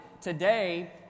today